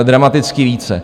Dramaticky více.